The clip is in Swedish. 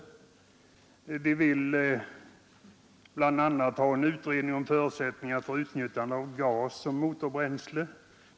Motionärerna vill bl.a. ha en utredning om förutsättningarna för utnyttjande av gas som motorbränsle.